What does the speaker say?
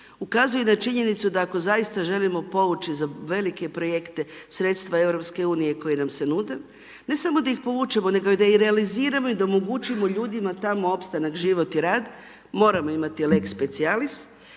Ukazuje na činjenicu, da ako zaista želimo povući za velike projekte sredstva EU koji nam se nude, ne samo da ih povučemo nego da ih realiziramo i da omogućimo ljudima tamo opstanak, život i rad, moramo imati lex specijalis,